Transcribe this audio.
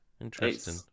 Interesting